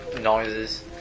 noises